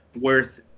worth